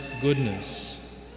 goodness